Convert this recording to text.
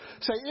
Say